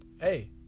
Hey